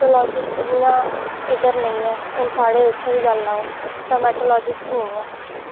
ते डर्मैटोलोजिस्ट जि'यां नेईं ऐ इत्थै ओह् ते साढ़े इत्थूं दी गल्ल ऐ डर्मैटोलोजिस्ट निं ऐ